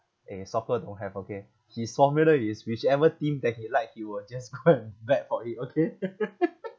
eh soccer don't have okay his formula is whichever team that he like he will just go and bet for it okay